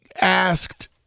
asked –